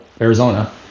Arizona